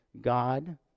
God